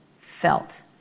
felt